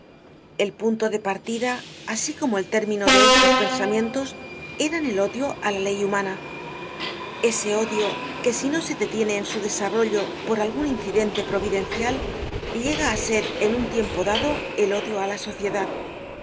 el punto de partida asi como el término de estos pensamientos eran el odio á la ley humana ese odio que si no se detiene en su desarrollo por algun incidente providencial llega á ser en un tiempo dado el odio á la sociedad